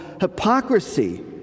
hypocrisy